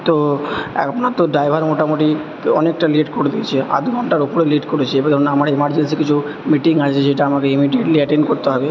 তো আপনার তো ড্রাইভার মোটামোটি তো অনেকটা লেট করে দিয়েছে আধ ঘন্টার ওপরে লেট করেছে এবার ধরুন আমার এমারজেন্সি কিছু মিটিং আছে যেটা আমাকে ইমিডিয়েটলি অ্যাটেন্ড করতে হবে